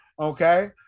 okay